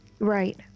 Right